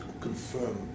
confirm